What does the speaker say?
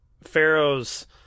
Pharaoh's